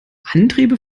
antriebe